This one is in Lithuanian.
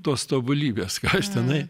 tos tobulybės ką aš tenai